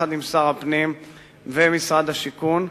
יחד עם שר הפנים ומשרד השיכון,